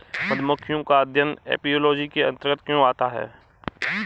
मधुमक्खियों का अध्ययन एपियोलॉजी के अंतर्गत क्यों होता है?